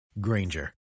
Granger